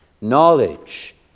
knowledge